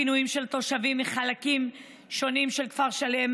אירועים שבהם בוצעו הפינויים של תושבים מחלקים שונים של כפר שלם,